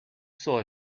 saw